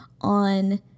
on